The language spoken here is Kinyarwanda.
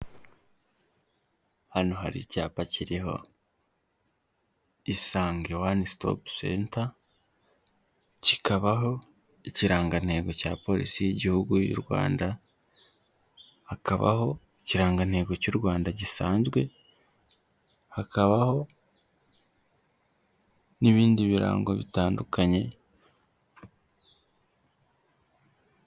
Hano hari icyapa kiriho isange wane sitopu senta kikabaho ikirangantego cya polisi y'igihugu y'u rwanda, hakabaho ikirangantego cy'u rwanda gisanzwe, hakabaho n'ibindi birango bitandukanye.